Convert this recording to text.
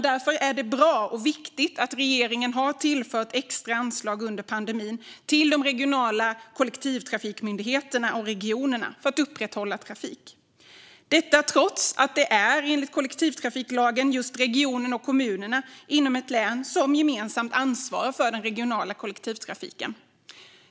Därför är det bra och viktigt, herr talman, att regeringen har tillfört extra anslag under pandemin till de regionala kollektivtrafikmyndigheterna och regionerna för att upprätthålla trafiken, detta trots att det enligt kollektivtrafiklagen är regionerna och kommunerna inom ett län som gemensamt ansvarar för den regionala kollektivtrafiken.